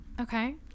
okay